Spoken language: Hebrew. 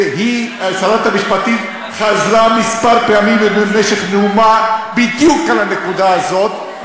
ושרת המשפטים חזרה כמה פעמים במשך נאומה בדיוק על הנקודה הזאת,